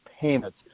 payments